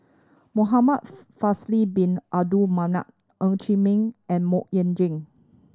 Muhamad Faisal Bin Abdul Manap Ng Chee Meng and Mok Ying Jang